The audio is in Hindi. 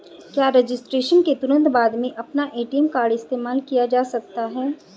क्या रजिस्ट्रेशन के तुरंत बाद में अपना ए.टी.एम कार्ड इस्तेमाल किया जा सकता है?